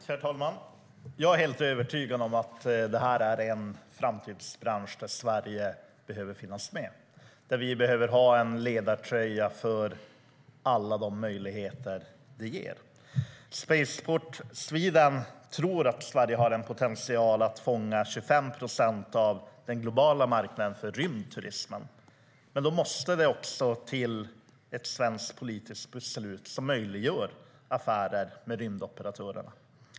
Herr talman! Jag är helt övertygad om att det här är en framtidsbransch där Sverige behöver finnas med och behöver ha en ledartröja för de möjligheter det ger. Spaceport Sweden tror att Sverige har en potential att fånga 25 procent av den globala marknaden för rymdturismen, men då måste det också till ett svenskt politiskt beslut som möjliggör affärer med rymdoperatörerna.